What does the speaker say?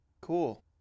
cool